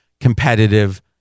competitive